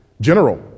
general